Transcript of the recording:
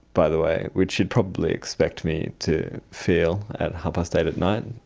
by the way, which you'd probably expect me to feel at half-past eight at night,